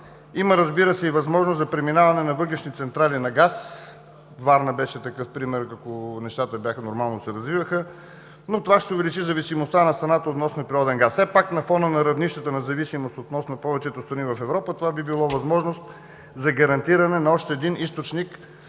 Има, разбира се, и възможност за преминаване на въглищни централи на газ. Варна беше такъв пример, ако нещата се развиваха нормално. Но това ще увеличи зависимостта на страната от вносния природен газ. Все пак на фона на равнищата на зависимост относно повечето страни в Европа това би било възможност за гарантиране на още един източник